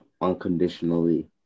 unconditionally